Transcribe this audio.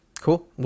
Cool